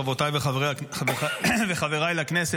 חברותיי וחבריי לכנסת,